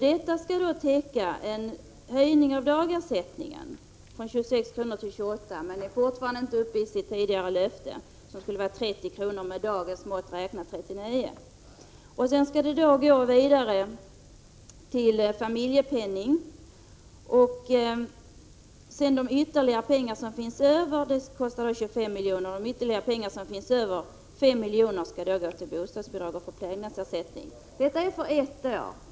Det skall täcka en höjning av dagersättningen från 26 kr. till 28 kr. Därmed har man ändå inte nått upp till sitt tidigare löfte 30 kr. — med dagens mått räknat 39 kr. Sedan skall det till familjepenning gå ytterligare miljoner totalt tillsammans 25 milj.kr. De pengar som finns över, 5 milj.kr., skall gå till bostadsbidrag och förplägnadsersättning. Detta är kostnaderna för ett år.